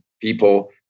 people